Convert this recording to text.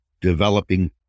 developing